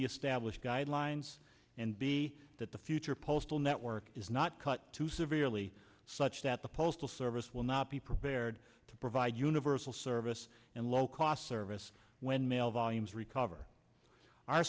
the established guidelines and be that the future postal network is not cut too severely such that the postal service will not be prepared to provide universal service and low cost service when mail volumes recover